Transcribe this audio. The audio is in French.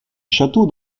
château